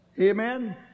Amen